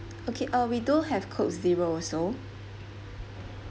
okay uh we do have coke zero also